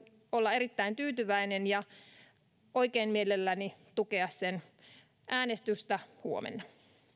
olla erittäin tyytyväinen ja oikein mielelläni tukea sen äänestystä huomenna